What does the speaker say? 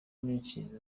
nyinshi